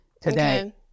today